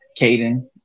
Caden